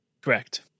Correct